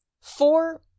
Four